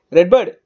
Redbird